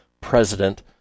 President